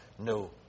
No